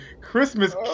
Christmas